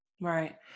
Right